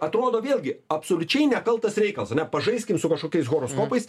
atrodo vėlgi absoliučiai nekaltas reikalas ane pažaiskim su kažkokiais horoskopais